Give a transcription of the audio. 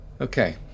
Okay